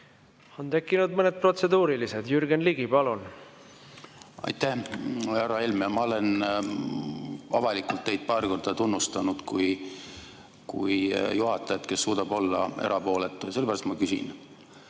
On tekkinud mõned protseduurilised. Jürgen Ligi, palun! Aitäh, härra Helme! Ma olen avalikult teid paar korda tunnustanud kui juhatajat, kes suudab olla erapooletu, ja sellepärast ma küsin: